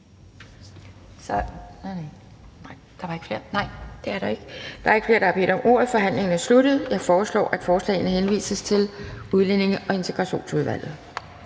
Der er ikke flere der har bedt om ordet. Forhandlingen er sluttet. Jeg foreslår, at forslagene henvises til Udlændinge- og Integrationsudvalget.